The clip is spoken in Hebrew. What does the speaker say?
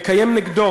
לקיים נגדו,